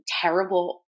terrible